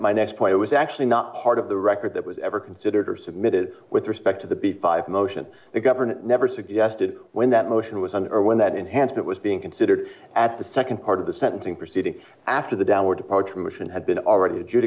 my next point was actually not part of the record that was ever considered or submitted with respect to the b five motion the governor never suggested when that motion was on or when that enhanced that was being considered at the nd part of the sentencing proceeding after the downward departure motion had been already a